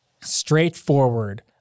straightforward